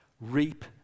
reap